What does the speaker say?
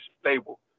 stable